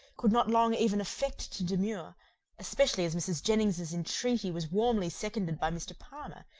could not long even affect to demur especially as mrs. jennings's entreaty was warmly seconded by mr. palmer,